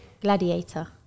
Gladiator